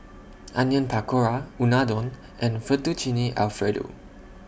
Onion Pakora Unadon and Fettuccine Alfredo